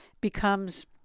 becomes